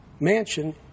mansion